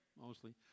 mostly